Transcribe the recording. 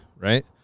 right